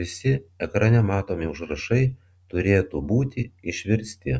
visi ekrane matomi užrašai turėtų būti išversti